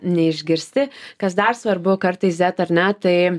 neišgirsti kas dar svarbu kartais zet ir ne tai